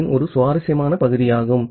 பியின் ஒரு சுவாரஸ்யமான பகுதியாகும்